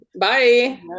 Bye